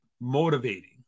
motivating